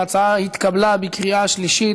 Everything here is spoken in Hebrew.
ההצעה התקבלה בקריאה שלישית,